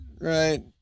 Right